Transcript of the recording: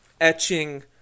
etching